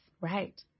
Right